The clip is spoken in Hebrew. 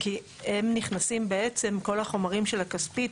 כי הם נכנסים בעצם כל החומרים של הכספית,